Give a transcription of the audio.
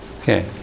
Okay